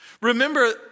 Remember